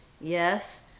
yes